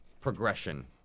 progression